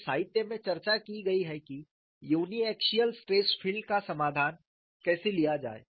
तो साहित्य में चर्चा की गई है कि यूनिएक्सियल स्ट्रेस फील्ड का समाधान कैसे लिया जाए